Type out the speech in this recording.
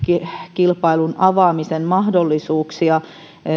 kilpailun avaamisen mahdollisuuksia totean että